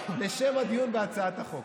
לשם הדיון בהצעת החוק.